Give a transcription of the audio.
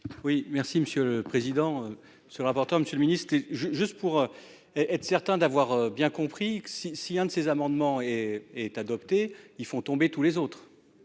Oui, merci Monsieur le Président, sur l'Monsieur le Ministre je juste pour. Être certain d'avoir bien compris que si si un de ces amendements. Est adopté, ils font tomber tous les autres.